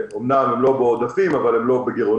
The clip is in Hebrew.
שאמנם הן לא בעודפים אבל הן לא בגירעונות.